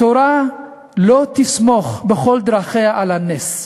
התורה לא תסמוך בכל דרכיה על הנס.